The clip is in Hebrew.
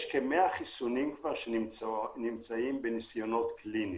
יש כ-100 חיסונים שנמצאים כבר בניסויים קליניים.